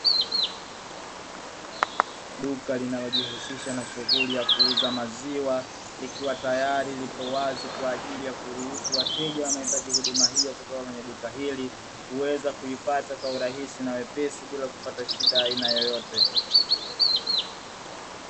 Duka linalojihusisha na shughuli ya kuuza maziwa, likiwa tayari lipo wazi kwa ajili ya kuruhusu wateja wanaohitaji huduma hiyo kutoka kwenye duka hili, kuweza kuipata kwa urahisi na uwepesi bila kupata shida ya aina yoyote.